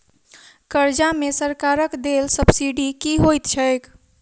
कर्जा मे सरकारक देल सब्सिडी की होइत छैक?